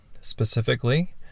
specifically